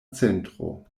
centro